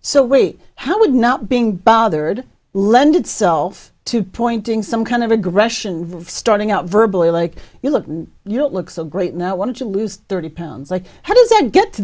so wait how would not being bothered lend itself to pointing some kind of aggression starting out verbal i like you look you don't look so great now i want to lose thirty pounds like how does it get to